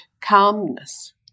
calmness